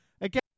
again